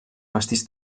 vestits